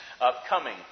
upcoming